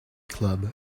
club